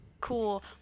cool